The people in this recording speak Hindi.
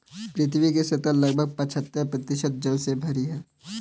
पृथ्वी की सतह लगभग पचहत्तर प्रतिशत जल से भरी है